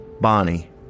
Bonnie